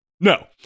No